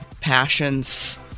passions